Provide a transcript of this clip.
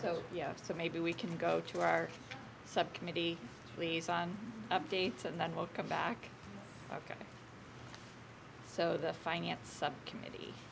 so yeah so maybe we can go to our subcommittee please on updates and then we'll come back ok so the finance subcommittee